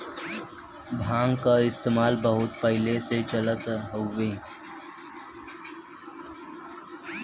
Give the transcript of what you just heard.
भांग क इस्तेमाल बहुत पहिले से चल रहल हउवे